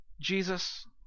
Jesus